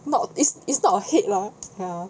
not it's it's not a hate lah ya